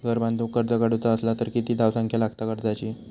घर बांधूक कर्ज काढूचा असला तर किती धावसंख्या लागता कर्जाची?